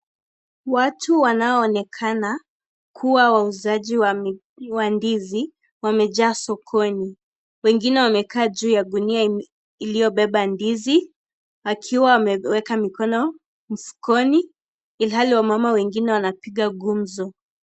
Watu wanaoonekana kuwa wauzaji wa ndizi, wamejaa sokoni. Wengine wamekaa juu ya gunia iliyobeba ndizi, akiwa ameweka mikono mfukoni ilihali wamama wengine wanapiga gumzo.